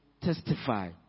testify